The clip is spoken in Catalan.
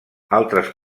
altres